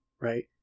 right